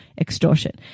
extortion